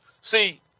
See